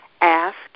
ask